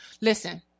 listen